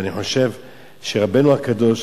ואני חושב שרבנו הקדוש,